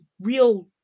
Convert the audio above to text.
real